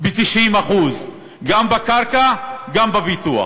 ב-90% גם בקרקע וגם בביטוח.